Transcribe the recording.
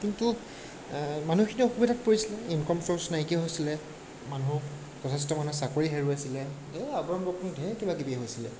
কিন্তু মানুহখিনি অসুবিধাত পৰিছিলে ইনকম ছৰ্চ নাইকিয়া হৈছিলে মানুহ যথেষ্ট মানুহে চাকৰি হেৰুৱাইছিলে এই অগ্ৰম বগ্ৰম ঢেৰ কিবাকিবি হৈছিলে